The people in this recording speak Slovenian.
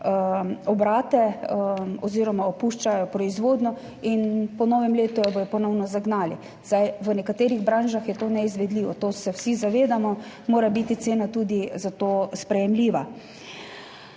obrate oziroma opuščajo proizvodnjo in po novem letu jo bodo ponovno zagnali. V nekaterih branžah je to neizvedljivo, to se vsi zavedamo, zato mora biti cena tudi sprejemljiva.